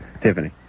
Tiffany